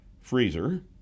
freezer